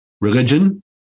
Religion